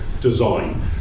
design